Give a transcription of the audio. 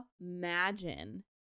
Imagine